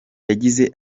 yagize